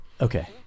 Okay